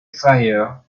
fire